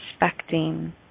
respecting